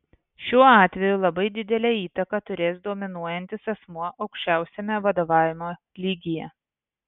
šiuo atveju labai didelę įtaką turės dominuojantis asmuo aukščiausiame vadovavimo lygyje